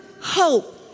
hope